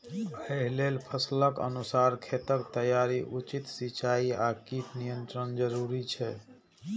एहि लेल फसलक अनुसार खेतक तैयारी, उचित सिंचाई आ कीट नियंत्रण जरूरी छै